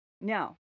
Now